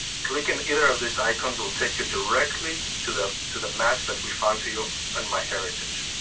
clicking either of these icons will take you directly to the to the match that we found to you on myheritage.